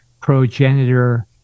progenitor